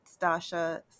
Stasha